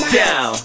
down